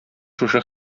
шушы